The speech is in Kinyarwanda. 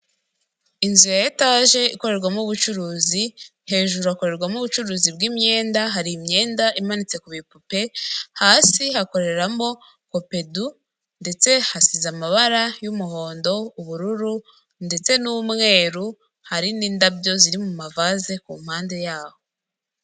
Inzu ya etage ikorerwamo ubucuruzi hejuru hakorerwamo ubucuruzi bwi'imyenda hari imyenda imanitse ku bipupe hasi hakoreramo copedu ndetse hasize amabara y'umuhondo ,ubururu ndetse n'umweru hari n'indabyo ziri mu mavase kumpande yaho .